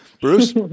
bruce